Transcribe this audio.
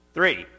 Three